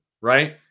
right